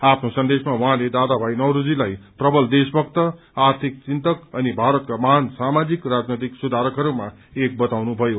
आफ्नो सन्देशमा उहाँले दादा भाई नौरोजीलाई प्रवल देशभक्त आर्थिक चिन्तक अनि भारतका महान सामाजिक राजनैतिक सुधारकहरूमा एक वताउनुभयो